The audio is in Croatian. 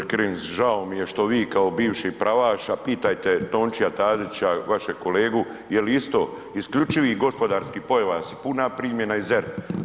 G. Kirin, žao mi je što vi kao bivši pravaš a pitajte Tončija Tadića, vašeg kolegu jel isto isključivi gospodarski pojas i puna primjena i ZERP?